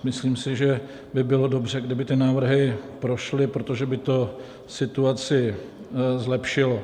Myslím si, že by bylo dobře, kdyby ty návrhy prošly, protože by to situaci zlepšilo.